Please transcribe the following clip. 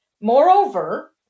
Moreover